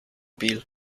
bill